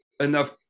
enough